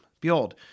Behold